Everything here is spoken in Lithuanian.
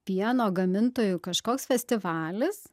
pieno gamintojų kažkoks festivalis